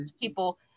people